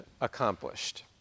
accomplished